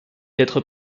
d’être